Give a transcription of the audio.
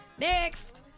Next